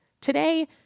Today